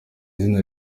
zina